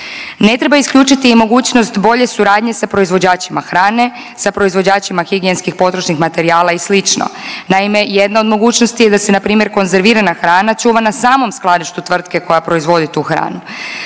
Ne treba isključiti i mogućnost bolje suradnje sa proizvođačima hrane, sa proizvođačima higijenskih potrošnih materijala i sl. Naime, jedna od mogućnosti je da se npr. konzervirana hrana čuva na samom skladištu tvrtke koja proizvodi tu hranu,